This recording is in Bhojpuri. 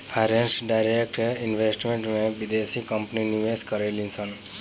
फॉरेन डायरेक्ट इन्वेस्टमेंट में बिदेसी कंपनी निवेश करेलिसन